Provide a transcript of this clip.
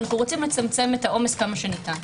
אנו רוצים לצמצם את העומס ככל הניתן.